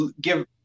give